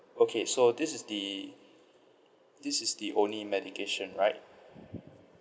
okay so this is the this is the only medication right